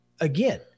again